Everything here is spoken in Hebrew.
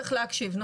צריך להקשיב.